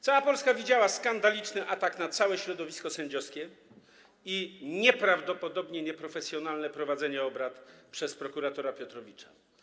Cała Polska widziała skandaliczny atak na całe środowisko sędziowskie i nieprawdopodobnie nieprofesjonalne prowadzenie obrad przez prokuratora Piotrowicza.